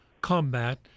Combat